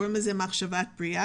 שקוראים לה "מחשבה בריאה".